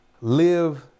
Live